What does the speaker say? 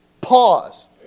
pause